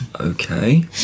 Okay